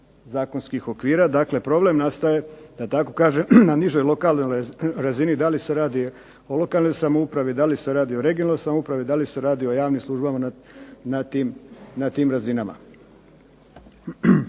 zakonskih okvira. Dakle problem nastaje da tako kažem na nižoj lokalnoj razini, da li se radi o lokalnoj samoupravi, da li se radi o regionalnoj samoupravi, da li se radi o javnim službama na tim razinama.